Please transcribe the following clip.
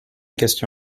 question